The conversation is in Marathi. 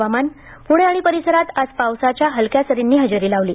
हवामान प्णे आणि परिसरांत आज पावसाच्या हलक्या सरींनी हजेरी लावली